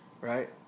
Right